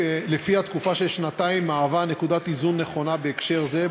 שלפיה תקופה של שנתיים היא נקודת איזון נכונה בהקשר זה,